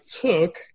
took